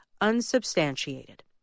unsubstantiated